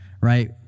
Right